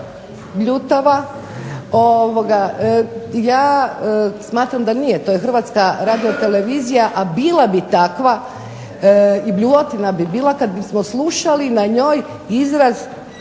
bljutava. Ja smatram da nije. To je Hrvatska radiotelevizija, a bila bi takva i bljuvotina bi bila kad bismo slušali na njoj izraz